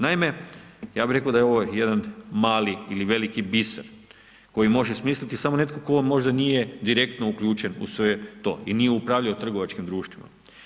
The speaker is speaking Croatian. Naime, ja bih rekao da je ovo jedan mali ili veliki biser koji može smisliti samo netko tko možda nije direktno uključen u sve to i nije upravljao trgovačkim društvima.